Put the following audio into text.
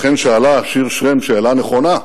לכן שאלה שיר שרם שאלה נכונה,